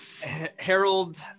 Harold